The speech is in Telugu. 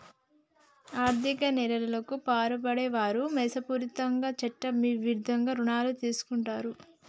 ఆర్ధిక నేరాలకు పాల్పడే వారు మోసపూరితంగా చట్టవిరుద్ధంగా రుణాలు తీసుకుంటరు